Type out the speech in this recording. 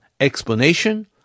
explanation